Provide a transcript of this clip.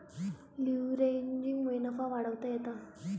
लीव्हरेजिंगमुळे नफा वाढवता येता